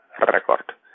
record